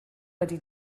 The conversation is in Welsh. wedi